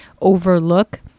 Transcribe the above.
overlook